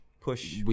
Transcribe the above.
push